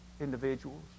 individuals